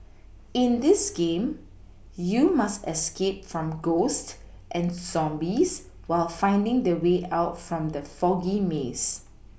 in this game you must escape from ghosts and zombies while finding the way out from the foggy maze